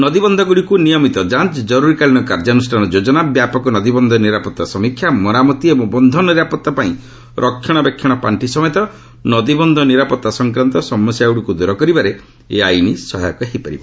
ନଦୀବନ୍ଧଗୁଡ଼ିକୁ ନିୟମିତ ଯାଞ୍ଚ କରୁରୀକାଳୀନ କାର୍ଯ୍ୟାନୁଷାନ ଯୋକନା ବ୍ୟାପକ ନଦୀବନ୍ଧ ନିରାପତ୍ତା ସମୀକ୍ଷା ମରାମତି ଏବଂ ବନ୍ଧ ନିରାପତ୍ତା ପାଇଁ ରକ୍ଷଣାବେକ୍ଷଣ ପାର୍ଷି ସମେତ ନଦୀବନ୍ଧ ନିରାପତ୍ତା ସଂକ୍ରାନ୍ତ ସମସ୍ୟାଗୁଡ଼ିକୁ ଦୂର କରିବାରେ ଏହି ଆଇନ ସହାୟକ ହୋଇପାରିବ